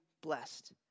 blessed